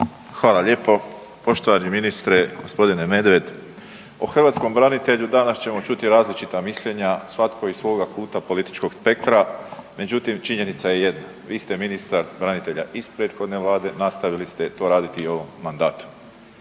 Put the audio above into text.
Hvala lijepo. Poštovani ministre gospodine Medved o hrvatskom branitelju danas ćemo čuti različita mišljenja, svatko iz svoga kuta političkog spektra. Međutim, činjenica je jedno. Vi ste ministar branitelja iz prethodne Vlade, nastavili ste to raditi i u ovom mandatu.